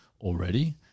already